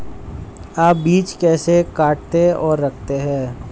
आप बीज कैसे काटते और रखते हैं?